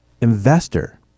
investor